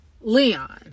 Leon